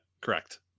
correct